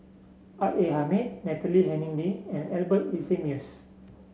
R A Hamid Natalie Hennedige and Albert Winsemius